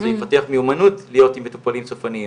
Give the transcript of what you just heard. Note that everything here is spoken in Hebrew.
אז הוא יפתח מיומנות להיות עם מטופלים סופניים.